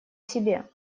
себе